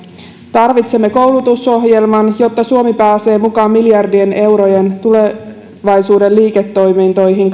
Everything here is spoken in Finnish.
tarvitsemme koulutusohjelman jotta suomi pääsee kiinni miljardien eurojen kansainvälisiin tulevaisuuden liiketoimintoihin